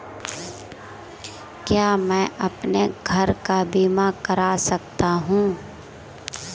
क्या मैं अपने घर का बीमा करा सकता हूँ?